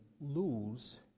lose